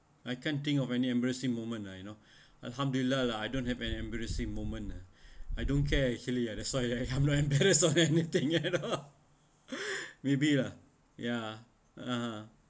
I can't think of any embarrassing moment lah you know alhamdulillah lah I don't have any embarrassing moment ah I don't care actually ah that's why I'm not embarrassed of anything at all maybe lah ya (uh huh)